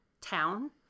town